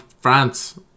France